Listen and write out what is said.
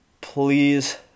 please